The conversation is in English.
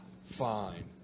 fine